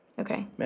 Okay